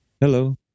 Hello